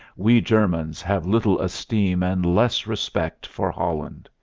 we germans have little esteem and less respect. for holland.